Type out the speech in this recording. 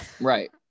Right